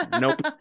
Nope